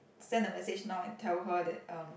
send the message now and tell her that um